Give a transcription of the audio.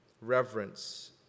reverence